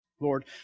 Lord